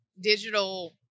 digital